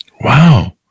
Wow